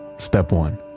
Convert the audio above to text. step one.